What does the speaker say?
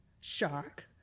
shark